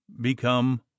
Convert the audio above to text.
become